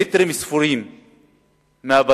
מטרים ספורים מהבתים